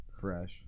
Fresh